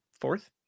fourth